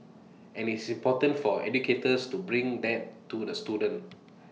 and it's important for educators to bring that to the student